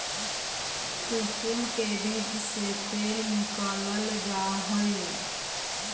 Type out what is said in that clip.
कुसुम के बीज से तेल निकालल जा हइ